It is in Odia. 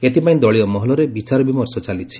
ଏଥପାଇଁ ଦଳୀୟ ମହଲରେ ବିଚାରବିମର୍ଷ ଚାଲିଛି